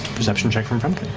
perception check from frumpkin.